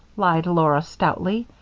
lied laura, stoutly.